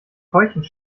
keuchend